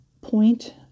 point